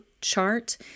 chart